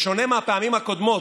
בשונה מהפעמים הקודמות,